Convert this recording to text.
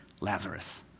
Lazarus